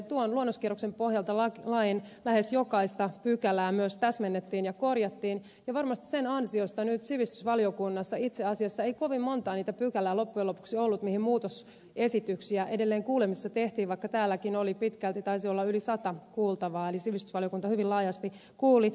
tuon luonnoskierroksen pohjalta lain lähes jokaista pykälää myös täsmennettiin ja korjattiin ja varmasti sen ansiosta nyt sivistysvaliokunnassa itse asiassa ei kovin montaa pykälää loppujen lopuksi ollut mihin muutosesityksiä edelleenkuulemisessa tehtiin vaikka täälläkin oli pitkälti taisi olla yli sata kuultavaa eli sivistysvaliokunta hyvin laajasti kuuli